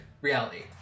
reality